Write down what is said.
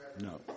no